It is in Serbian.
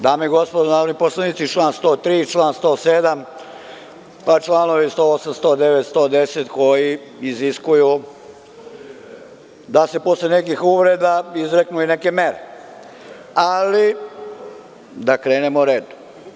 Dame i gospodo narodni poslanici, član 103. i član 107, pa članovi 108, 109, 110, koji iziskuju da se posle nekih uvreda izreknu i neke mere, ali da krenemo redom.